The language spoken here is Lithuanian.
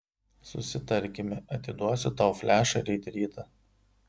susitarkime atiduosiu tau flešą ryt rytą